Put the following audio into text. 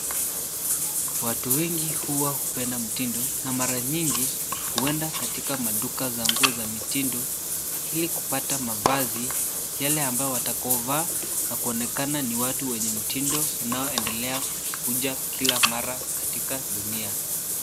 Watu wengi huwa hupenda mtindo, na mara nyingi, huenda katika maduka za nguo za mitindo, ili kupata mavazi, yale ambayo watakaovaa, na kuonekana ni watu wenye mtindo unaoendelea kuja kila mara katika dunia.